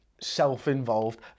self-involved